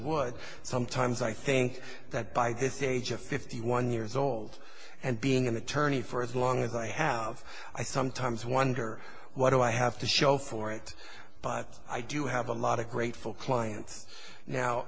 would sometimes i think that by this age of fifty one years old and being an attorney for as long as i have i sometimes wonder what do i have to show for it but i do have a lot of grateful clients now